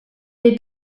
est